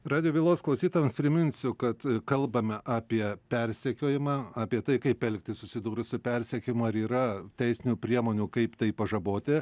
radijo bylos klausytojams priminsiu kad kalbame apie persekiojimą apie tai kaip elgtis susidūrus su persekiojimu ar yra teisinių priemonių kaip tai pažaboti